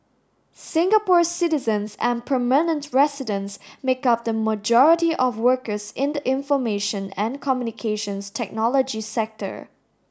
Singapore citizens and permanent residents make up the majority of workers in the information and Communications Technology sector